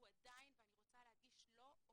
הוא עדיין, ואני רוצה להדגיש, לא עומד